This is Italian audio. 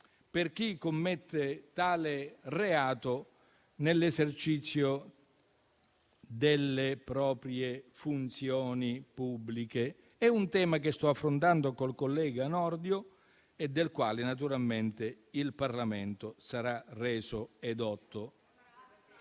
per chi commette tale reato nell'esercizio delle proprie funzioni pubbliche. È un tema che sto affrontando col collega Nordio e del quale naturalmente il Parlamento sarà reso edotto.